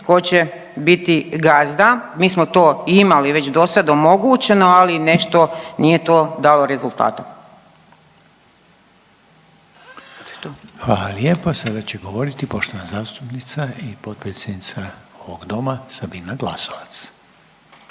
tko će biti gazda. Mi smo to imali već do sad omogućeno, ali nešto nije to dalo rezultata. **Reiner, Željko (HDZ)** Hvala lijepo. Sada će govoriti poštovana zastupnica i potpredsjednica ovog doma Sabina Glasovac.